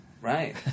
right